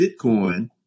Bitcoin